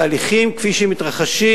התהליכים כפי שהם מתרחשים,